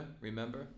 remember